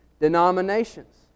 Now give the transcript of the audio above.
denominations